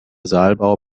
saalbau